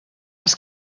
els